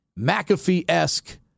McAfee-esque